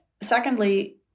Secondly